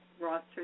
Roster